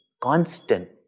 constant